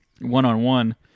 one-on-one